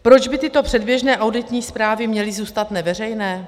Proč by tyto předběžné auditní zprávy měly zůstat neveřejné?